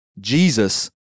Jesus